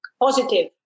positive